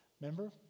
Remember